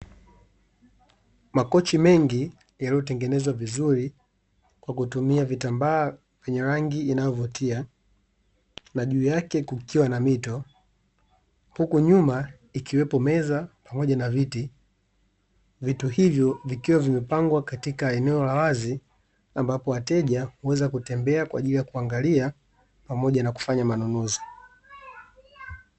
Makochi mengi yaliyotengenezwa vizuri, kwakutumia vitambaa vyenye rangi inayovutia na juu yake kukiwa na mito, huku nyuma ikiwepo meza pamoja na viti, vitu hivyo vikiwa vimepangwa katika eneo la wazi, ambapo wateja huweza kutembea kwaajili ya kuangalia, pamoja na kufanya manunuzi.